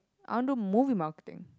I want do movie marketing